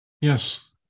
Yes